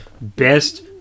Best